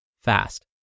fast